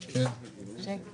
הבקשה אושרה.